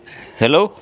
hello